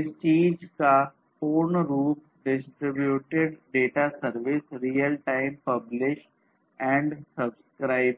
इस चीज़ का पूर्ण रूप distributed data service real time publish and subscribe